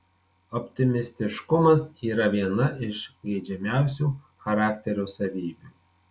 optimistiškumas yra viena iš geidžiamiausių charakterio savybių